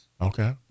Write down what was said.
okay